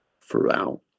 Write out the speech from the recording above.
throughout